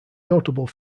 notable